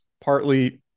partly